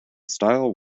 style